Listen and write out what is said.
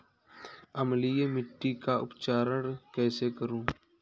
अम्लीय मिट्टी का उपचार कैसे करूँ?